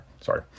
Sorry